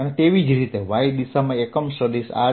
તેવી જ રીતે Y દિશામાં એકમ સદિશ આ છે